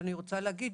אני רוצה להגיד,